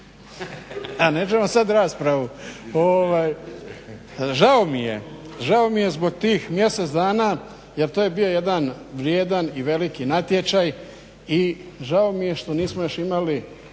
je, tako je kako je. Jel tako? Žao mi zbog tih mjesec dana jer to je bio jedan vrijedan i veliki natječaj i žao mi je što još nismo imali